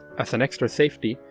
as an extra safety,